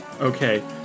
Okay